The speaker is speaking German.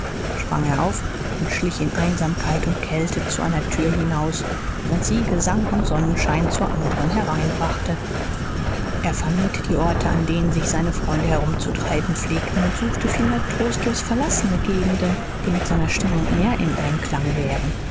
sprang er auf und schlich in einsamkeit und kälte zu einer tür hinaus während sie gesang und sonnenschein zur anderen hereinbrachte er vermied die orte an denen sich seine freunde herumzutreiben pflegten und suchte vielmehr trostlos verlassene gegenden die mit seiner stimmung mehr im einklang wären